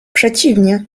przeciwnie